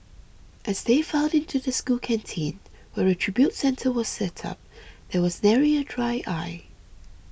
as they filed into the school canteen where a tribute centre was set up there was nary a dry eye